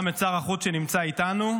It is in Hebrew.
גם את שר החוץ, שנמצא איתנו: